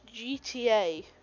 GTA